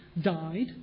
died